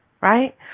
right